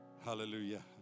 Hallelujah